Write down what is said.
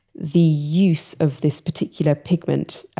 the use of this particular pigment,